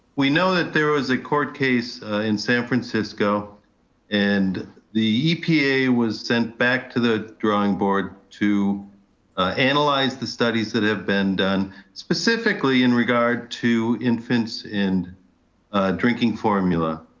we know that there was a court case in san francisco and the epa was sent back to the drawing board to analyze the studies that have been done specifically in regard to infants and drinking formula.